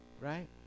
right